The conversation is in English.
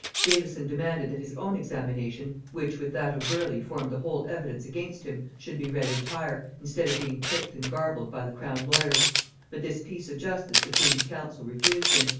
davison demanded that his own examination, which with that of burleigh formed the whole evidence against him, should be read entire, instead of being picked and garbled by the crown lawyers but this piece of justice the queen's counsel refused him,